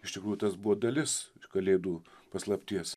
iš tikrųjų tas buvo dalis kalėdų paslapties